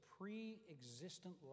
pre-existent